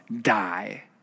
die